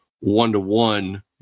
one-to-one